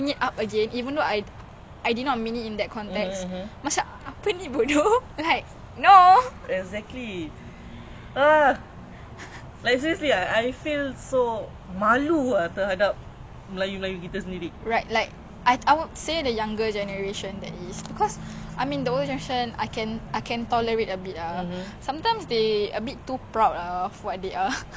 I mean the older generation I can tolerate a bit ah a bit sometimes they a bit too proud ah of what they are you don't have to ya they don't have to bring themselves up ya they bring us down to bring themselves up macam dulu aku kecil-kecil how ah I don't know lah